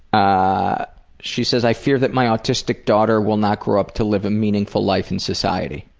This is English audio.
ah she says i fear that my autistic daughter will not grow up to live a meaningful life in society.